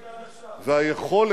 הוא ייתן פחות ופחות